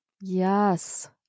Yes